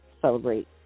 celebrate